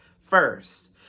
first